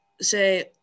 say